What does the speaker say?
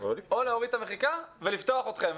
או להוריד את המחיקה ולפתוח אתכם,